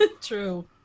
True